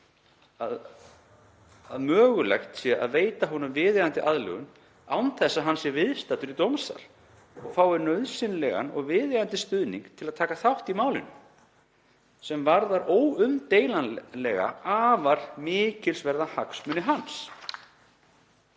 að mögulegt sé að veita honum viðeigandi aðlögun án þess að hann sé viðstaddur í dómssal og fái nauðsynlegan og viðeigandi stuðning til að taka þátt í málinu, sem varðar óumdeilanlega afar mikilsverða hagsmuni hans.